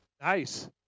Nice